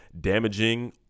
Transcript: damaging